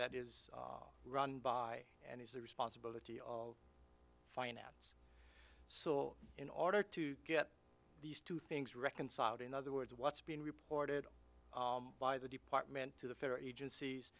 that is run by and is the responsibility of finance so in order to get these two things reconciled in other words what's been reported by the department to the federal agencies